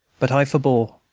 but i forbore,